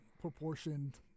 proportioned